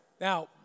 Now